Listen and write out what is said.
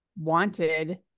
wanted